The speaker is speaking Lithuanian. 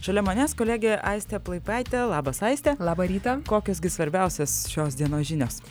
šalia manęs kolegė aistė plaipaitė labas aiste labą rytą kokios gi svarbiausios šios dienos žinios